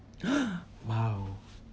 !wow!